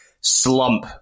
slump